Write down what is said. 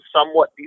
somewhat